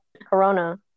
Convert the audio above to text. Corona